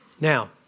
Now